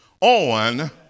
on